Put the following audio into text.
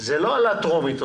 זה עוד לא בקריאה טרומית,